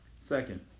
Second